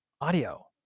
audio